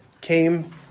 came